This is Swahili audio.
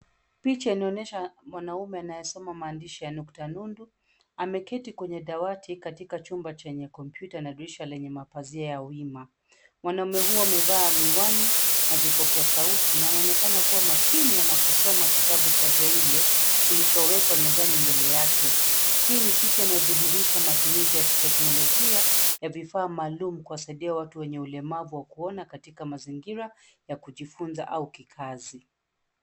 Picha inaonyesha mwanaume anayesoma maandishi ya nukta nundu. Ameketi kwenye dawati katika chumba chenye kompyuta na dirisha lenye mapazia ya wima. Mwanaume huo amevaa miwani na vipokea sauti na anaonekana kuwa makini anaposoma kitabu cha braile kilichowekwa mezani mbele yake. Hii ni picha inayodhihirisha matumizi ya teknolojia, ya vifaa maalumu kuwasaidia watu wenye ulemavu wa kuona katika mazingira ya kujifunza au kikazi.